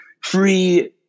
free